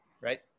right